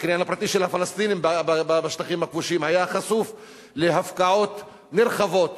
הקניין הפרטי של הפלסטינים בשטחים הכבושים היה חשוף להפקעות נרחבות